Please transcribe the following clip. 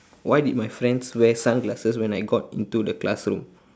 why did my friends wear sunglasses when I got into the classroom